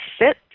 sit